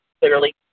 clearly